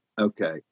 Okay